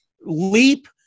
leap